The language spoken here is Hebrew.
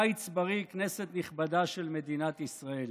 קיץ בריא, כנסת נכבדה של מדינת ישראל.